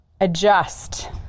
adjust